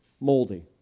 moldy